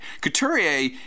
Couturier